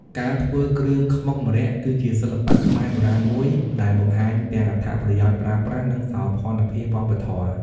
ការធ្វើគ្រឿងខ្មុកម្រ័ក្សណ៍ គឺជាសិល្បៈខ្មែរបុរាណមួយ ដែលបង្ហាញទាំងអត្ថប្រយោជន៍ប្រើប្រាស់ និងសោភ័ណភាពវប្បធម៌។